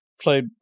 played